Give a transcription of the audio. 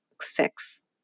six